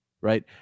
Right